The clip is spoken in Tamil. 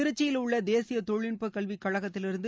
திருச்சியில் உள்ள தேசிய தொழில்நுட்ப கல்விக்கழகத்திலிருந்து